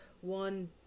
one